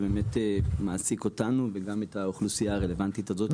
שבאמת מעסיק אותנו ואת האוכלוסייה הרלוונטית לתיקון הזה.